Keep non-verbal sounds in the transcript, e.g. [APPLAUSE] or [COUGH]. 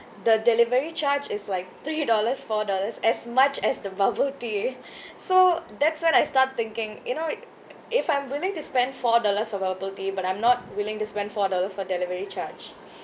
the delivery charge is like three [LAUGHS] dollars four dollars as much as the bubble tea [BREATH] so that's when I start thinking you know if I'm willing to spend four dollars for bubble tea but I'm not willing to spend four dollars for delivery charge [BREATH]